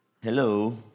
Hello